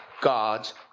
God's